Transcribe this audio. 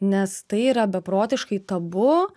nes tai yra beprotiškai tabu